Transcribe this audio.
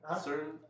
Certain